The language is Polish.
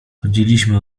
chodziliśmy